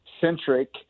centric